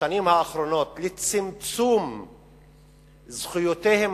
בשנים האחרונות לצמצום זכויותיהם